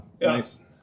Nice